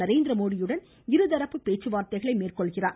நரேந்திரமோடியுடன் இருதரப்பு பேச்சுவார்த்தைகளை மேற்கொள்கிறார்